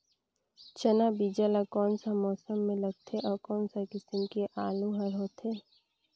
चाना बीजा वाला कोन सा मौसम म लगथे अउ कोन सा किसम के आलू हर होथे?